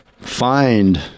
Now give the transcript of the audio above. find